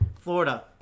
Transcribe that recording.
Florida